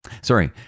Sorry